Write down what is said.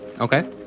okay